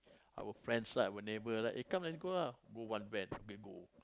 our friends lah our neighbour lah eh come and go lah book one van we go